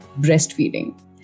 breastfeeding